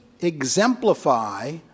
exemplify